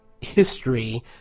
history